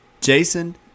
Jason